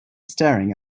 staring